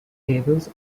tables